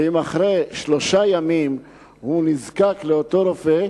ואם אחרי שלושה ימים הוא נזקק לאותו רופא,